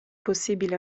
possibile